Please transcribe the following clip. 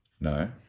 No